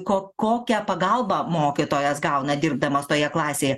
ko kokią pagalbą mokytojas gauna dirbdamas toje klasėje